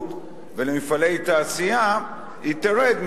לחקלאות ולמפעלי תעשייה תרד,